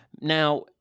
Now